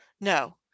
no